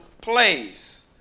place